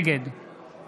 נגד